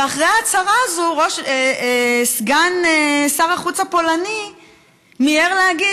ואחרי ההצהרה הזאת סגן שר החוץ הפולני מיהר להגיד